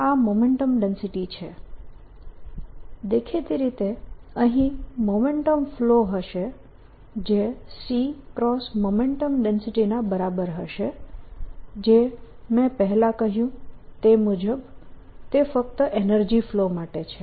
આ momentum density છે દેખીતી રીતે અહીં મોમેન્ટમ ફ્લો હશે જે c × Momentum Density ના બરાબર હશે જે મેં પહેલા કહ્યું તે મુજબ તે ફક્ત એનર્જી ફ્લો માટે છે